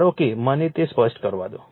ધારો કે મને તે સ્પષ્ટ કરવા દો